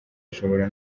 ashobora